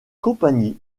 compagnie